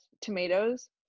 tomatoes